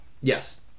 Yes